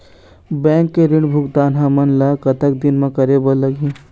Bank के ऋण भुगतान हमन ला कतक दिन म करे बर लगही?